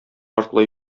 артлы